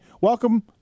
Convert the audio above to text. Welcome